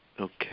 okay